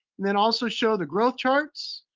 then also show the growth charts,